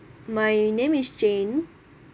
my name is jane